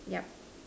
yep